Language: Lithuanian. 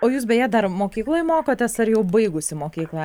o jūs beje dar mokykloj mokotės ar jau baigusi mokyklą